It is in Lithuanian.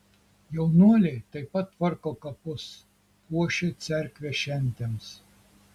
jaunuoliai taip pat tvarko kapus puošia cerkvę šventėms